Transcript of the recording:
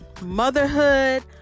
motherhood